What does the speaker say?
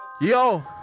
Yo